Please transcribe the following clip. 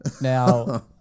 now